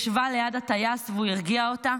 ישבה ליד הטייס, והוא הרגיע אותה.